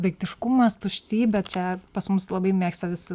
daiktiškumas tuštybė čia pas mus labai mėgsta visi